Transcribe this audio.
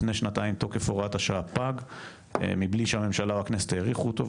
לפני שנתיים תוקף הוראת השעה פג מבלי שהממשלה או הכנסת האריכו אותו,